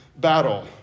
battle